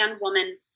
woman